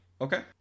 Okay